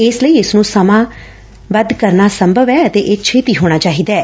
ਇਸ ਲਈ ਇਸ ਨੂੰ ਸਮਾਬੋਧ ਕਰਨਾ ਸੰਭਵ ਐ ਅਤੇ ਇਹ ਛੇਤੀ ਹੋਣਾ ਚਾਹੀਦੈ